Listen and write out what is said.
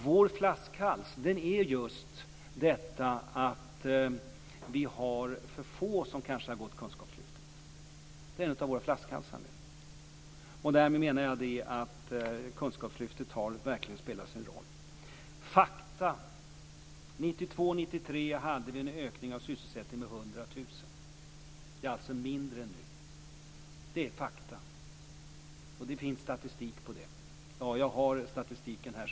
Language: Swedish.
Vår flaskhals är att för få har gått kunskapslyftet. Kunskapslyftet har verkligen spelat sin roll. Fakta: 1992-1993 hade vi en ökning av sysselsättningen med 100 000. Det är färre än nu. Det finns statistik. Jag har AMS:s statistik här.